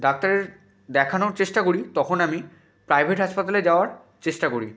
ডাক্তারের দেখানোর চেষ্টা করি তখন আমি প্রাইভেট হাসপাতালে যাওয়ার চেষ্টা করি